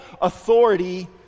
authority